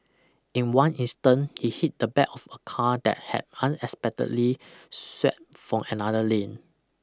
in one instant he hit the back of a car that had unexpectedly swerved from another lane